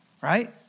right